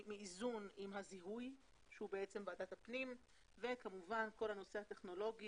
מאיזון עם הזיהוי שהוא בעצם ועדת הפנים וכמובן כל הנושא הטכנולוגי,